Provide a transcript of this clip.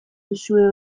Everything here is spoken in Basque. duzue